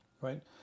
right